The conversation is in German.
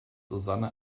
susanne